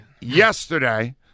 Yesterday